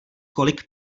kolik